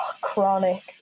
chronic